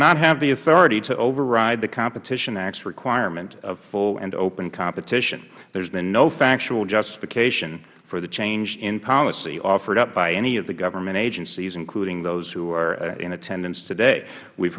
not have the authority to override the competition acts requirement of full and open competition there has been no factual justification for the change in policy offered up by any of the government agencies including those who are in attendance today we